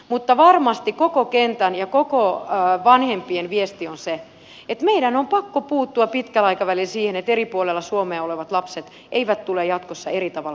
mutta varmasti koko kentän ja koko vanhempien viesti on se että meidän on pakko puuttua pitkällä aikavälillä siihen että eri puolilla suomea olevat lapset eivät tule jatkossa eri tavalla kohdelluiksi